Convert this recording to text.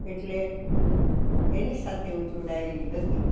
એટલે એની સાથે હું જોડાયેલી હતી